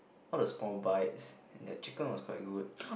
all the small bites and their chicken was quite good